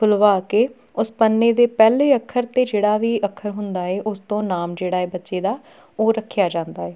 ਖੁੱਲਵਾ ਕੇ ਉਸ ਪੰਨੇ ਦੇ ਪਹਿਲੇ ਅੱਖਰ 'ਤੇ ਜਿਹੜਾ ਵੀ ਅੱਖਰ ਹੁੰਦਾ ਹੈ ਉਸ ਤੋਂ ਨਾਮ ਜਿਹੜਾ ਹੈ ਬੱਚੇ ਦਾ ਉਹ ਰੱਖਿਆ ਜਾਂਦਾ ਹੈ